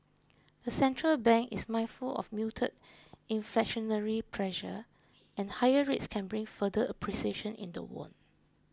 the central bank is mindful of muted inflationary pressure and higher rates can bring further appreciation in the won